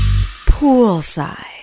poolside